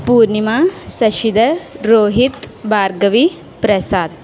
Purnima Shashidhar Rohit Bhargavi Prasad